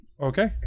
Okay